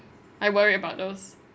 I worry about those